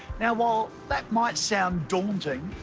now, while that might sound daunting,